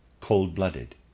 cold-blooded